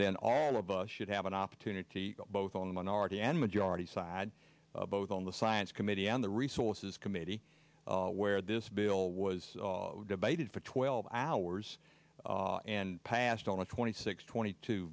then all of us should have an opportunity both on the minority and majority side both on the science committee and the resources committee where this bill was debated for twelve hours and passed on a twenty six twenty t